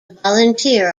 volunteer